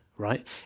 right